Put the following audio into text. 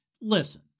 Listen